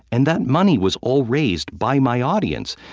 and that money was all raised by my audience,